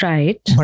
Right